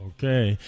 Okay